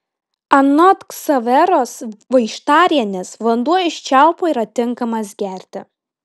anot ksaveros vaištarienės vanduo iš čiaupo yra tinkamas gerti